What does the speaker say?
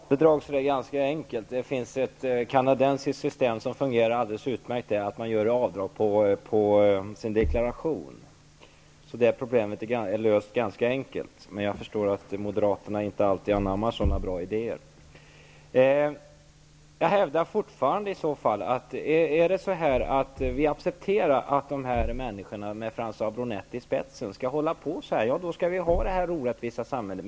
Herr talman! Att undvika fusk med barnbidragen är ganska enkelt. Det finns ett kanadensiskt system som fungerar alldeles utmärkt och som innebär att man gör avdrag på sin deklaration. Så det problemet är ganska lätt att lösa. Men jag förstår att moderaterna inte alltid anammar sådana goda idéer. Jag hävdar fortfarande att om vi accepterar att en del människor, med François Bronett i spetsen, håller på som de gör, då har vi kvar detta orättvisa samhälle.